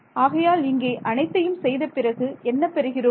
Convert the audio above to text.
ஆகையால் இங்கே அனைத்தையும் செய்த பிறகு என்ன பெறுகிறோம்